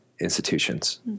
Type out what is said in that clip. institutions